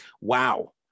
Wow